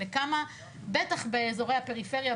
בטח באזורי הפריפריה,